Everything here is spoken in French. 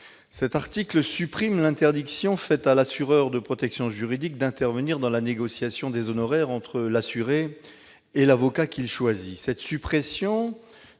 cet article supprime l'interdiction faite à l'assureur de protection juridique d'intervenir dans la négociation des honoraires entre l'assuré et l'avocat qu'il choisit. Cette suppression